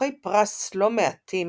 זוכי פרס לא מעטים